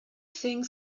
thing